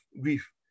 grief